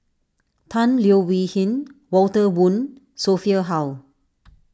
Tan Leo Wee Hin Walter Woon Sophia Hull